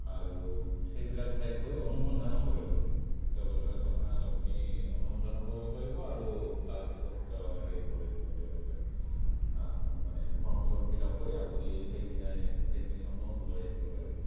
আৰু সেইবিলাক ঠাইত গৈ অনুসন্ধানো কৰিব পাৰি তেওঁলোকে তৎক্ষণাত আপুনি অনুসন্ধানো কৰিব পাৰিব আৰু তাৰ পিছত হেৰি কৰি দিব তেওঁলোকে মানে ফৰ্ম চৰ্ম ফিল আপ কৰি আপুনি সেইদিনাই এডমিশ্বনো লৈ আহিব পাৰিব